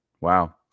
Wow